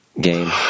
game